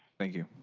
thank you.